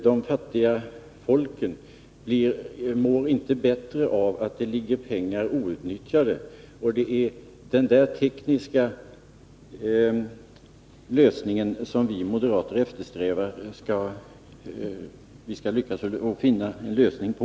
De fattiga folken mår inte bättre av att det ligger pengar outnyttjade, och det är det problemet som vi moderater eftersträvar en teknisk lösning på.